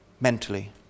mentally